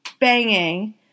banging